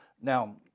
Now